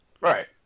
right